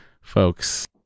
folks